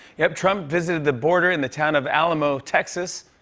yep, trump visited the border in the town of alamo, texas.